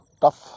tough